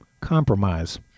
compromise